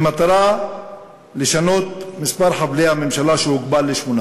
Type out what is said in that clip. במטרה לשנות מספר חברי הממשלה שהוגבל ל-18.